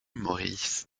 maurice